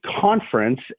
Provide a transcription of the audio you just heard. conference